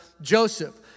Joseph